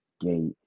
gate